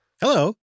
hello